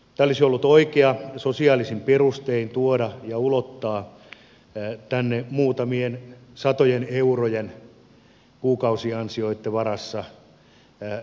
tämä olisi ollut oikein sosiaalisin perustein tuoda ja ulottaa tänne muutamien satojen eurojen kuukausiansioitten varassa eläville ihmisille